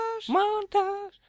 montage